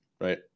right